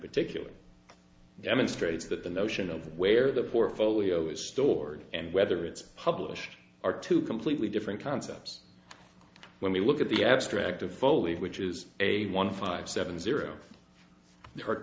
particular demonstrates that the notion of where the portfolio is stored and whether it's published are two completely different concepts when we look at the abstract of fully which is a one five seven zero